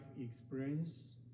experience